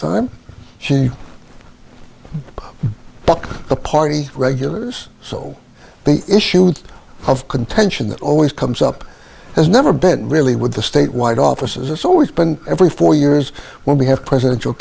time she bucked the party regulars so the issue of contention that always comes up has never been really with the statewide offices it's always been every four years when we have presidential